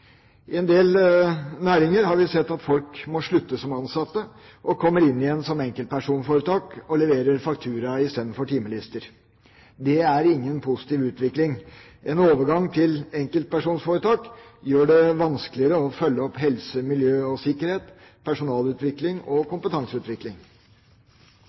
I en del næringer har vi sett at folk må slutte som ansatte, kommer inn igjen som enkeltpersonforetak og leverer faktura i stedet for timelister. Det er ingen positiv utvikling. En overgang til enkeltpersonforetak gjør det vanskeligere å følge opp helse, miljø og sikkerhet, personalutvikling og